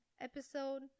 episode